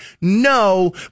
No